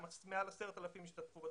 מעל 10,000 השתתפו.